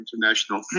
international